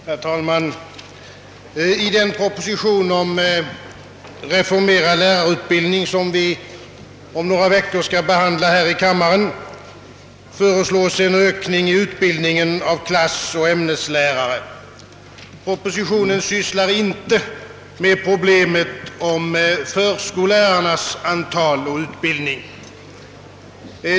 Herr talman! I den proposition om reformerad lärarutbildning, som vi om några veckor skall behandla här i kammaren, föreslås en ökning i utbildningen av klassoch ämneslärare. Propositionen sysslar inte med problemet om förskollärarnas antal och utbildning.